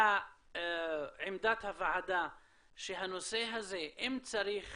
עמדת הוועדה שהנושא הזה, אם צריך